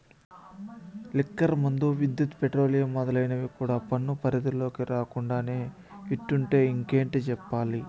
liquor మందు, విద్యుత్, petroleum మొదలైనవి కూడా పన్ను పరిధిలోకి రాకుండానే ఇట్టుంటే ఇంకేటి చెప్పాలి